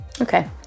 okay